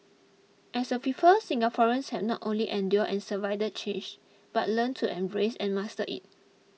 as a people Singaporeans have not only endured and survived change but learned to embrace and master it